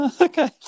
Okay